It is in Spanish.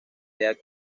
dean